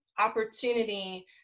opportunity